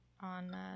on